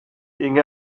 inge